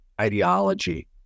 ideology